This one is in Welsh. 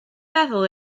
meddwl